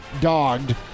dogged